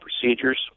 procedures